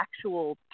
actual